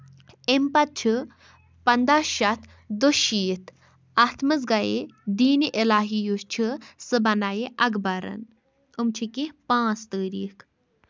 أمۍ پَتہٕ چھُ پَنداہ شیٚتھ دُ شيٖتھ اَتھ منٛز گیہِ دیٖنہِ الٰہی یُس چھُ سُہ بَنایہِ اَکبرن أمۍ چھِ کیٚنٛہہ پانٛژھ تٲریٖخ